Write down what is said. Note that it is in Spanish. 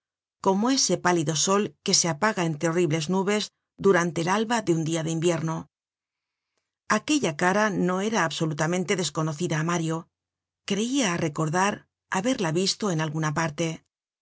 como ese pálido sol que se apaga entre horribles nubes durante el alba de un dia de invierno aquella cara no era absolutamente desconocida á mario creia recordar haberla visto en alguna parte